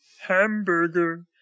Hamburger